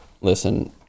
listen